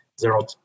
zero